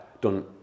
done